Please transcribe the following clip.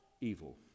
evil